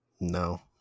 No